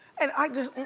and i just